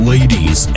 Ladies